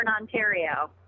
Ontario